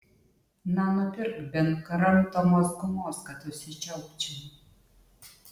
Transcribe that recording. na nupirk bent kramtomos gumos kad užsičiaupčiau